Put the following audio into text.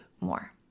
more